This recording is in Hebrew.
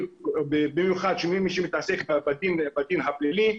במיוחד כששומעים שמישהו מתעסק בדין הפלילי,